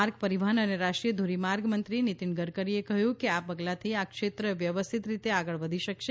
માર્ગ પરિવહન અને રાષ્ટ્રીય ધોરીમાર્ગ મંત્રી નીતિન ગડકરીએ કહ્યું કે આ પગલાથી આ ક્ષેત્ર વ્યવસ્થિત રીતે આગળ આવી શકશે